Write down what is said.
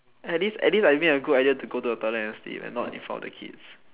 at least at least I made a good idea to go to the toilet to sleep and not in front of the kids